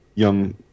young